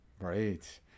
Right